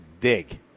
dig